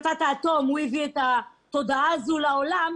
שהביא לתודעת העולם את פצצת האטום,